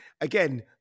again